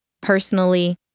personally